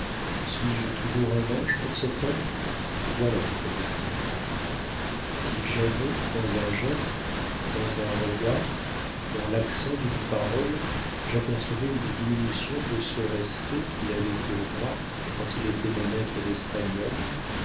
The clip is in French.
suis-je toujours un ange pour cet homme voilà toute la question si jamais dans un geste dans un regard dans l'accent d'une parole j'apercevais une diminution de ce respect qu'il avait pour moi quand il était mon maître d'espagnol